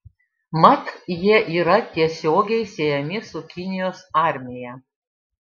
mat jie yra tiesiogiai siejami su kinijos armija